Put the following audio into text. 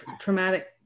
traumatic